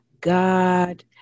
God